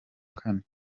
kane